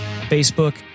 Facebook